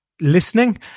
listening